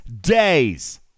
days